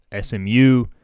SMU